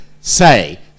say